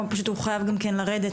פשוט הוא חייב גם כן לרדת,